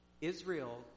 Israel